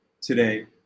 today